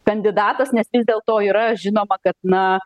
kandidatas nes vis dėlto yra žinoma kad na